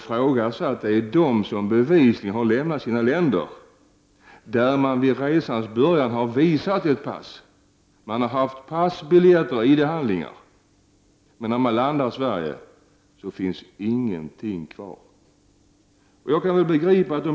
Problemet gäller de fall då personer har lämnat sina länder och vid resans början bevisligen har visat ett pass. Man har haft pass, biljetter och ID-handlingar. Men när man har landat i Sverige finns ingenting kvar. Jag begriper att jag.